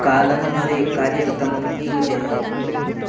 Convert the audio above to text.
कालन्धरे कार्यक्रमं योजय